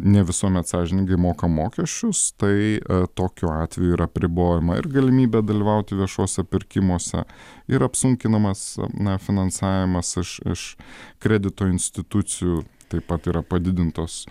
ne visuomet sąžiningai moka mokesčius tai tokiu atveju yra apribojama ir galimybė dalyvauti viešuose pirkimuose ir apsunkinamas na finansavimas iš iš kredito institucijų taip pat yra padidintos